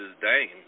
Dame